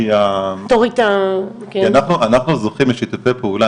כי אנחנו זוכים לשיתופי פעולה,